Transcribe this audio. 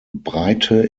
breite